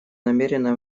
намерены